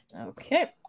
okay